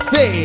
Say